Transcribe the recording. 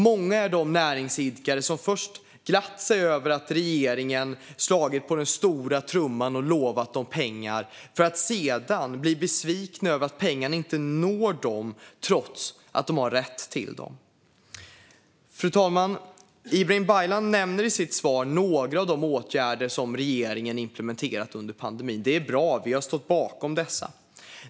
Många är de näringsidkare som först glatt sig över att regeringen slagit på stora trumman och lovat dem pengar för att sedan bli besvikna över att pengarna inte nått dem trots att de har rätt till dem. Fru talman! Ibrahim Baylan nämner i sitt svar några av de åtgärder som regeringen har implementerat under pandemin. De är bra, och vi har stått bakom dessa.